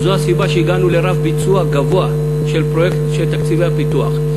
וזו הסיבה שהגענו לרף ביצוע גבוה של תקציבי הפיתוח.